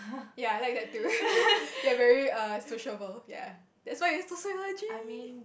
ya I like that too you are very err sociable ya that's why you're in sociology